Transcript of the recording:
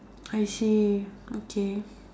I see okay